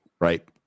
right